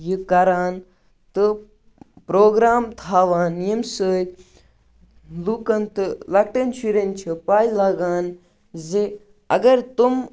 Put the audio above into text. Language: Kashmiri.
یہِ کَران تہٕ پرٛوگرام تھاوان ییٚمہِ سۭتۍ لُکَن تہٕ لۄکٹٮ۪ن شُرٮ۪ن چھِ پَے لاگان زِ اگر تِم